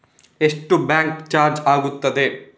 ಎಷ್ಟು bank charge ಆಗುತ್ತದೆ?